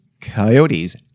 coyotes